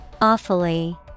Awfully